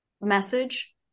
message